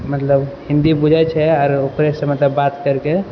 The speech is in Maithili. मतलब हिन्दी बुझै छै आओर ओकरेसँ मतलब बात कैरके